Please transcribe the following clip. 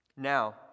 Now